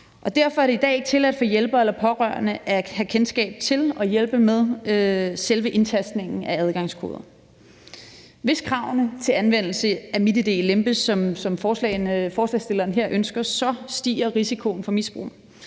Derfor er det i dag tilladt for hjælpere eller pårørende at have kendskab til og hjælpe med selve indtastningen af adgangskoder. Hvis kravene til anvendelse af MitID lempes, som forslagsstilleren her ønsker, så stiger risikoen for misbrug.